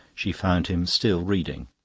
she found him still reading.